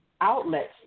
outlets